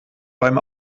beim